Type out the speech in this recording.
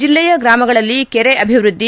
ಜಿಲ್ಲೆಯ ಗ್ರಾಮಗಳಲ್ಲಿ ಕೆರೆ ಅಭಿವೃದ್ಧಿ